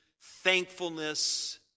thankfulness